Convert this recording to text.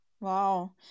Wow